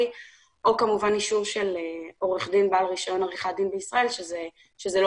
או כמובן אישור של עורך דין בעל רישיון עריכת דין בישראל שזה לא